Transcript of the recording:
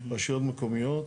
רשויות מקומיות,